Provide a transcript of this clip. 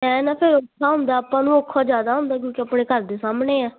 ਐ ਨਾ ਫਿਰ ਔਖਾ ਹੁੰਦਾ ਆਪਾਂ ਨੂੰ ਔਖਾ ਜ਼ਿਆਦਾ ਹੁੰਦਾ ਕਿਉਂਕਿ ਆਪਣੇ ਘਰ ਦੇ ਸਾਹਮਣੇ ਆ